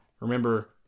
Remember